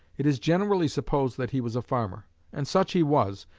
it is generally supposed that he was a farmer and such he was,